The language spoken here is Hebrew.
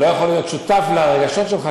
אני לא יכול להיות שותף לרגשות שלך,